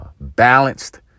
balanced